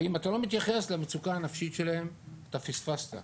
ואם אתה לא מתייחס למצוקה הנפשית שלהם, אתה פספסת.